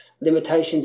limitations